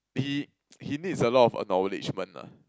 he he needs a lot of acknowledgement lah